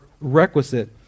requisite